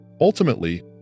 Ultimately